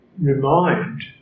remind